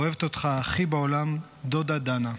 אוהבת אותך הכי בעולם, דודה דנה".